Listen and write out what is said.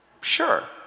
sure